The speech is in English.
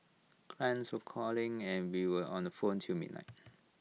clients of calling and we were on the phone till midnight